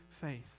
faith